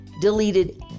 deleted